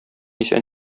исән